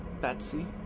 Betsy